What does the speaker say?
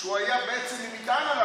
שהוא בעצם עם מטען עליו,